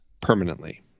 permanently